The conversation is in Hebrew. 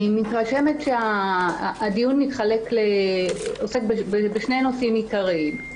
אני מתרשמת שהדיון עוסק בשני נושאים עיקריים.